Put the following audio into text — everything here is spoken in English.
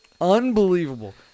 Unbelievable